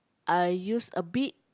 I use a bit